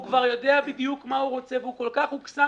ויודע בדיוק מה הוא רוצה והוא כל כך הוקסם